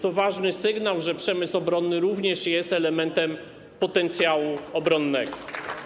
To ważny sygnał - sygnał, że przemysł obronny również jest elementem potencjału obronnego.